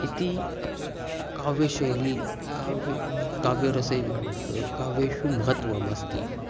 इति काव्यशैली काव्ये काव्यरसे काव्येषु महत्त्वमस्ति